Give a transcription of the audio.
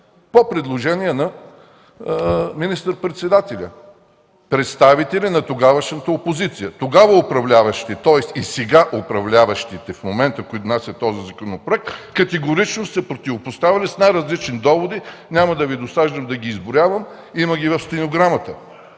по предложение на министър-председателя. Представители на тогавашната опозиция, тогава управляващи, тоест и сега управляващите в момента, които внасят този законопроект, категорично са се противопоставяли с най-различни доводи – няма да Ви досаждам да ги изброявам, има ги в стенограмата,